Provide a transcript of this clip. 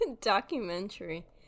Documentary